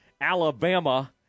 Alabama